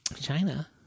China